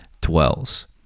dwells